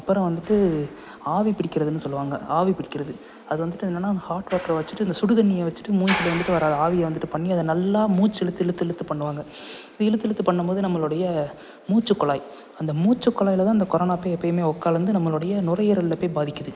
அப்புறம் வந்துவிட்டு ஆவி பிடிக்கிறதுன்னு சொல்லுவாங்க ஆவி பிடிக்கிறது அது வந்துவிட்டு என்னன்னா அந்த ஹாட் வாட்டரை வச்சிவிட்டு இந்த சுடு தண்ணியை வச்சிவிட்டு மூஞ்சியில வந்துவிட்டு வர ஆவியை வந்துவிட்டு பண்ணி அதை நல்லா மூச்சு இழுத்து இழுத்து இழுத்து பண்ணுவாங்க இழுத்து இழுத்து பண்ணும் போது நம்முளோடைய மூச்சுக்குழாய் அந்த மூச்சுக்குழாயில் தான் இந்த கொரோனா போய் எப்பவுமே உக்கலந்து நம்மளோடைய நுரையீரலில் போய் பாதிக்குது